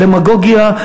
זו דמגוגיה,